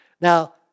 Now